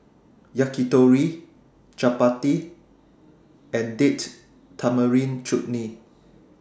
Yakitori Chapati and Date Tamarind Chutney